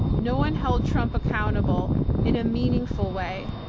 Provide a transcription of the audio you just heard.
no one held trump accountable in a meaningful way.